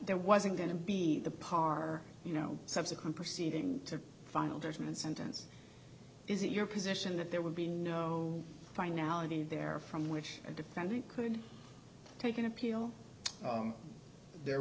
there wasn't going to be the par you know subsequent proceedings to final judgment sentence is it your position that there would be no finality there from which a defendant could take an appeal there